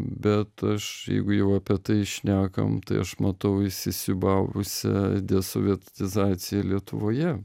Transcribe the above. bet aš jeigu jau apie tai šnekam tai aš matau įsisiūbavusią desovietizaciją lietuvoje